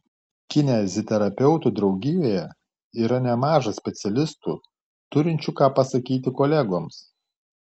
kineziterapeutų draugijoje yra nemaža specialistų turinčių ką pasakyti kolegoms